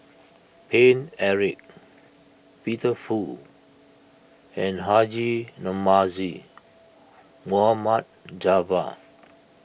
Paine Eric Peter Fu and Haji Namazie Mohd Javad